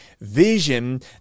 vision